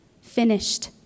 Finished